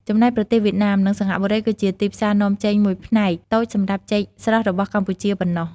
ចំណែកប្រទេសវៀតណាម និងសិង្ហបុរី គឺជាទីផ្សារនាំចេញមួយផ្នែកតូចសម្រាប់ចេកស្រស់របស់កម្ពុជាប៉ុណ្ណោះ។